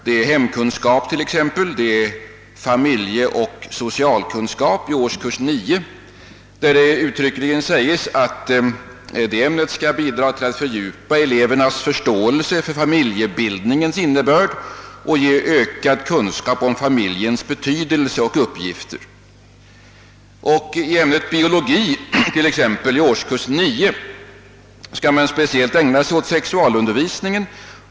Det är t.ex. hemkunskap liksom familjeoch socialkunskap i årskurs 9; det sägs uttryckligen att detta ämne skall bidra till att fördjupa elevernas förståelse för familjebildningens innebörd och ge ökad kunskap om familjens betydelse och uppgifter. I ämnet biologi i årskurs 9 skall man speciellt ägna sig åt sexualundervisningen.